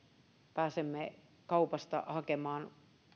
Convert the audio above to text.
pääsemme kaupasta hakemaan